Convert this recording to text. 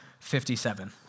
57